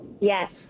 Yes